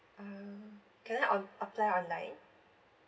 uh can I o~ apply online